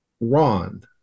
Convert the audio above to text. Ron